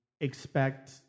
expect